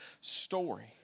story